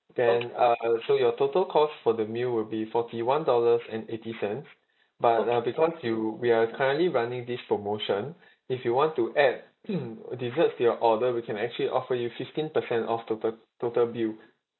then uh so your total cost for the meal will be forty one dollars and eighty cents but uh because you we are currently running this promotion if you want to add desserts to your order we can actually offer you fifteen percent off total total bill